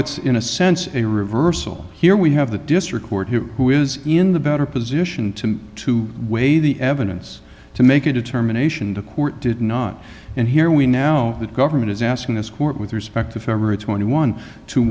it's in a sense a reversal here we have the district court here who is in the better position to to weigh the evidence to make a determination the court did not and here we now the government is asking this court with respect if every twenty one t